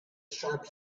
sharp